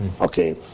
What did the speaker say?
okay